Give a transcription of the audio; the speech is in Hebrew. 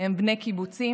הם בני קיבוצים,